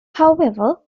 however